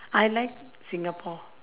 I like singapore